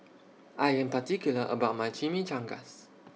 I Am particular about My Chimichangas